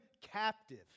captive